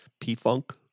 p-funk